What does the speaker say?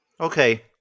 Okay